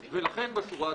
ולכן, בשורה התחתונה,